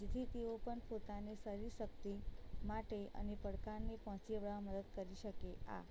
જેથી તેઓ પણ પોતાને શરીર શક્તિ માટે અને પડકારને પહોંચી વળવા મદદ કરી શકે આ